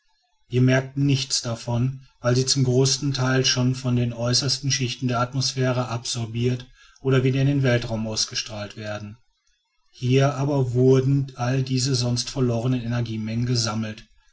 wir merken nichts davon weil sie zum größten teile schon von den äußersten schichten der atmosphäre absorbiert oder wieder in den weltraum ausgestrahlt werden hier aber wurden alle diese sonst verlorenen energiemengen gesammelt